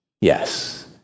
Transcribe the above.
Yes